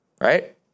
right